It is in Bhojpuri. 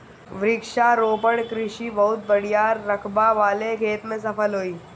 वृक्षारोपण कृषि बहुत बड़ियार रकबा वाले खेत में सफल होई